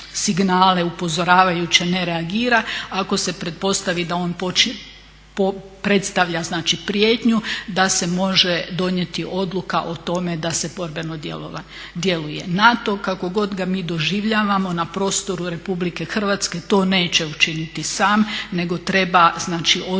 ispaljene upozoravajuće signale ne reagira, ako se pretpostavi da on predstavlja prijetnju da se može donijeti odluka da se borbeno djeluje. NATO kako god ga mi doživljavamo na prostoru RH to neće učiniti sam nego treba odluku